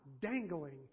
dangling